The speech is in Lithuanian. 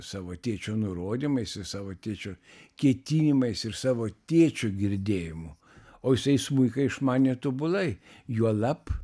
savo tėčio nurodymais ir savo tėčio ketinimais ir savo tėčio girdėjimu o jisai smuiką išmanė tobulai juolab